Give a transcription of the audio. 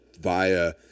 via